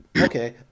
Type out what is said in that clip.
okay